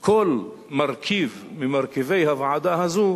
כל מרכיב ממרכיבי הוועדה הזאת